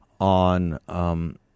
on